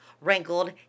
wrinkled